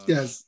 Yes